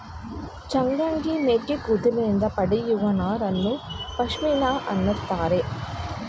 ಚಾಂಗ್ತಂಗಿ ಮೇಕೆ ಕೂದಲಿನಿಂದ ಪಡೆಯುವ ನಾರನ್ನು ಪಶ್ಮಿನಾ ಅಂತರೆ